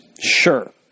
Sure